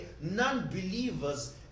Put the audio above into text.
non-believers